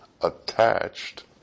attached